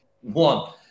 One